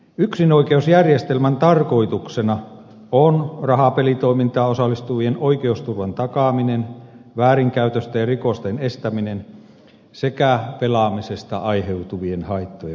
yksinoikeusjärjestelmän tarkoituksena on rahapelitoimintaan osallistuvien oikeusturvan takaaminen väärinkäytösten ja rikosten estäminen sekä pelaamisesta aiheutuvien haittojen vähentäminen